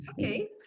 okay